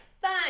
Fine